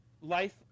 Life